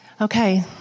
Okay